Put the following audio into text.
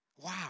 Wow